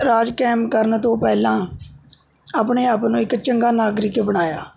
ਰਾਜ ਕਾਇਮ ਕਰਨ ਤੋਂ ਪਹਿਲਾਂ ਆਪਣੇ ਆਪ ਨੂੰ ਇੱਕ ਚੰਗਾ ਨਾਗਰਿਕ ਬਣਾਇਆ